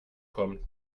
kommt